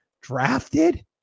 Drafted